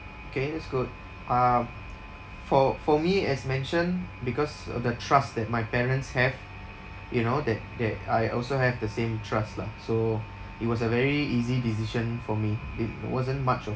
okay that's good uh for for me as mentioned because of the trust that my parents have you know that that I also have the same trust lah so it was a very easy decision for me it wasn't much of